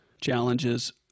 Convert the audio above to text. challenges